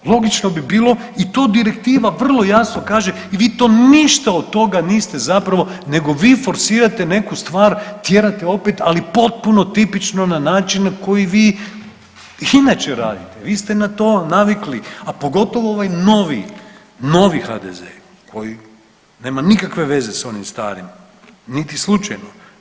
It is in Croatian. Logično bi bilo i to direktiva vrlo jasno kaže i vi to ništa od toga niste zapravo nego vi forsirate neku stvar tjerate opet, ali opet potpuno tipično na način na koji i inače radite, vi ste na to navikli, a pogotovo ovaj, novi HDZ koji nema nikakve veze s onim starim, niti slučajno.